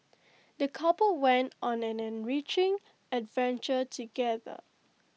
the couple went on an enriching adventure together